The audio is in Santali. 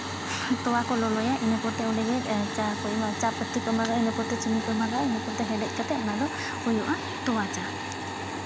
ᱛᱚᱣᱟ ᱠᱚ ᱞᱚᱞᱚᱭᱟ ᱤᱱᱟᱹ ᱯᱚᱨᱛᱮ ᱚᱸᱰᱮ ᱜᱮ ᱪᱟ ᱠᱚ ᱮᱢᱟ ᱪᱟ ᱯᱟᱹᱛᱤ ᱠᱚ ᱮᱢᱟᱜᱟᱜᱼᱟ ᱤᱱᱟᱹ ᱯᱚᱛᱮ ᱫᱚ ᱪᱤᱱᱤ ᱠᱚ ᱮᱢᱟᱜᱟᱜᱼᱟ ᱤᱱᱟᱹ ᱯᱚᱛᱮ ᱦᱮᱰᱮᱡ ᱠᱟᱛᱮᱫ ᱚᱱᱟ ᱫᱚ ᱦᱩᱭᱩᱜᱼᱟ ᱛᱚᱣᱟ ᱪᱟ